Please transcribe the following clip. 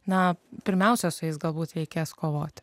na pirmiausia su jais galbūt reikės kovoti